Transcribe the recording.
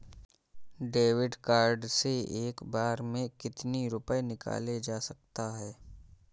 David card से एक बार में कितनी रूपए निकाले जा सकता है?